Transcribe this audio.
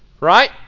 right